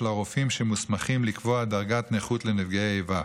הרופאים שמוסמכים לקבוע דרגת נכות לנפגעי איבה.